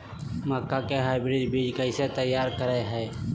मक्का के हाइब्रिड बीज कैसे तैयार करय हैय?